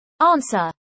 Answer